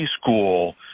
school